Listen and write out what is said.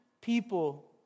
people